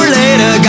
later